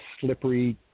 slippery